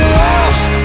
lost